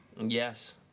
Yes